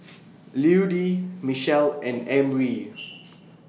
Ludie Michell and Emry